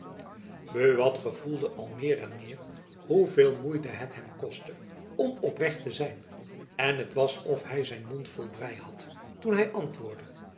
buat gevoelde al meer en meer hoe veel moeite het hem kostte onoprecht te zijn en het was of hy zijn mond vol brij had toen hy antwoordde